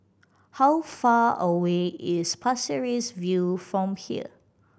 how far away is Pasir Ris View from here